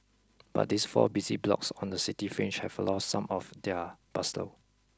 but these four busy blocks on the city fringe have lost some of their bustle